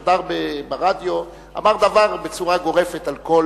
שדר ברדיו אמר דבר בצורה גורפת על כל